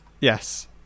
Yes